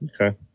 okay